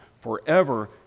forever